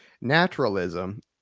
Naturalism